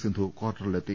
Sindhu കാർട്ടറിലെത്തി